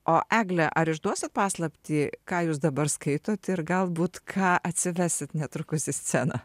o egle ar išduosit paslaptį ką jūs dabar skaitot ir galbūt ką atsivesit netrukus į sceną